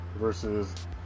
Versus